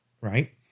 right